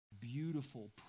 beautiful